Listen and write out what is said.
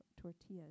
tortillas